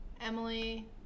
Emily